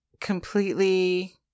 completely